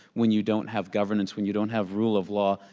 when you don't have governance, when you don't have rule of law,